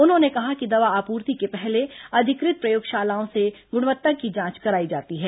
उन्होंने कहा कि दवा आपूर्ति के पहले अधिकृत प्रयोगशालाओं से गुणवत्ता की जांच कराई जाती है